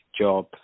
job